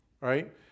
right